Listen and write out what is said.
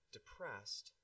depressed